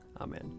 Amen